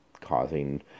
causing